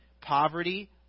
poverty